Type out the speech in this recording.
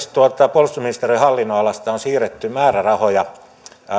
puolustusministeriön hallinnonalasta on siirretty määrärahoja